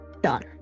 done